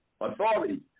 authority